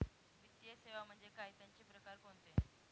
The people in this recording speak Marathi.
वित्तीय सेवा म्हणजे काय? त्यांचे प्रकार कोणते?